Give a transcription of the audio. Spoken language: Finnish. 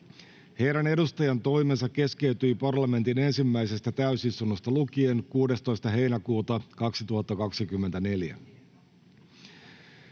Heidän edustajantoimensa keskeytyi parlamentin ensimmäisestä täysistunnosta lukien 16.7.2024.